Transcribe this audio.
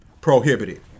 prohibited